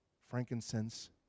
frankincense